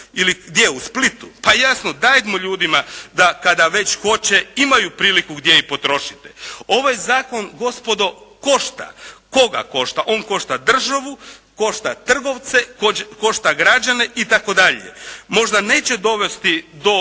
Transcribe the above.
Pa jasno, dajmo ljudima da kada već hoće imaju priliku gdje i potrošiti. Ovaj zakon gospodo košta. Koga košta? On košta državu, košta trgovce, košta građane itd. Možda neće dovesti do